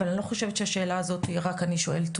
אבל אני לא חושבת שאת השאלה הזו רק אני שואלת.